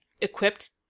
equipped